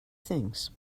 things